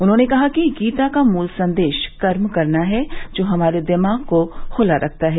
उन्होंने कहा कि गीता का मूल संदेश कर्म करना है जो हमारे दिमाग को खुला रखता है